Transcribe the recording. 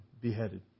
beheaded